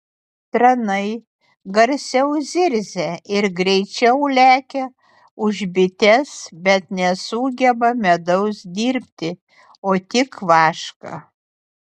tranai garsiau zirzia ir greičiau lekia už bites bet nesugeba medaus dirbti o tik vašką